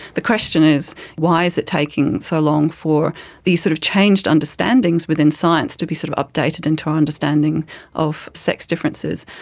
the question is why is it taking so long for these sort of changed understandings within science to be sort of updated into our understanding of sex differences?